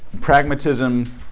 pragmatism